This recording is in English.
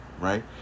right